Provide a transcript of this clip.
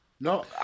No